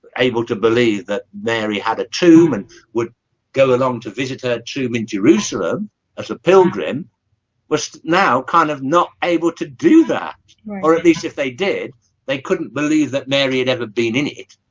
able to believe that mary had a tomb and would go along to visit her tomb in jerusalem as a pilgrim was now kind of not able to do that or at least if they did they couldn't believe that mary had ever been in it